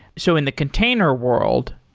so in the container world,